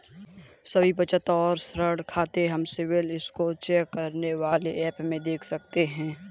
सभी बचत और ऋण खाते हम सिबिल स्कोर चेक करने वाले एप में देख सकते है